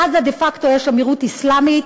בעזה דה-פקטו יש אמירוּת אסלאמית.